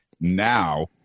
now